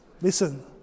Listen